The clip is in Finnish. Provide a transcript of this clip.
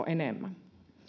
enemmän